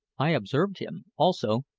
i observed him, also,